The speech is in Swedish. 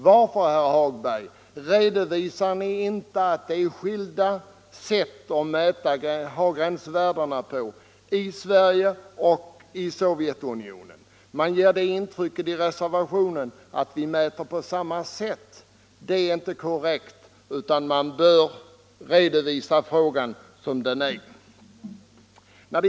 Varför, herr Hagberg, anger ni inte att man redovisar gränsvärdena på skilda sätt i Sverige och Sovjetunionen? I reservationen ger ni det intrycket att man mäter på samma sätt. Det är inte korrekt, utan förhållandena bör redovisas sådana som de är.